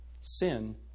sin